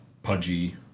Pudgy